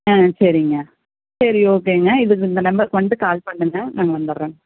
ஆ சரிங்க சரி ஓகேங்க இதுக்கு இந்த நம்பருக்கு வந்துன்ட்டு கால் பண்ணுங்கள் நாங்கள் வந்துடுறங்க